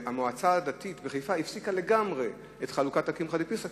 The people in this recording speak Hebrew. והמועצה הדתית בחיפה הפסיקה לגמרי את חלוקת הקמחא דפסחא,